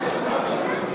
על הצעת